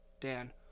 Dan